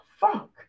Fuck